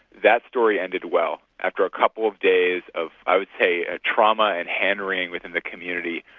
that story ended well. after a couple of days of i would say a trauma and hand ringing within the community,